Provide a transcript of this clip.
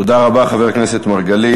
תודה רבה, חבר הכנסת מרגלית.